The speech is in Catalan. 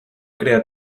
crear